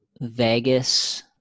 Vegas